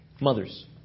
mothers